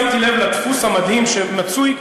שמתי לב לדפוס המדהים שמצוי,